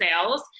sales